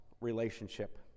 relationship